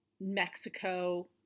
Mexico